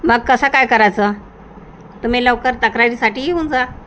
मग कसं काय करायचं तुम्ही लवकर तक्रारीसाठी येऊन जा